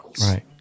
Right